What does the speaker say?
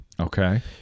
okay